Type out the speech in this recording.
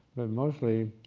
but mostly